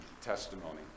testimony